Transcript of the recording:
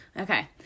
okay